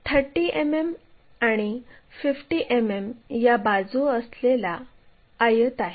30 मिमी आणि 50 मिमी या बाजू असलेला आयत आहे